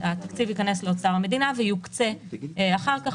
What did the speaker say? התקציב ייכנס לאוצר המדינה ויוקצה אחר כך,